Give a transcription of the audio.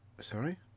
Sorry